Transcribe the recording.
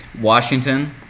Washington